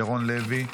ירון לוי.